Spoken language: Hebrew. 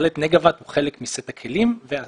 בהחלט נגה וואט הוא חלק מסט הכלים והכלי